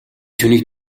түүнийг